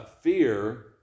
fear